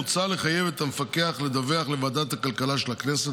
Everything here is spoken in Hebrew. מוצע לחייב את המפקח לדווח לוועדת הכלכלה של הכנסת